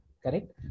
Correct